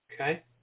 Okay